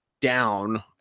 down